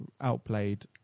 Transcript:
Outplayed